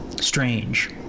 strange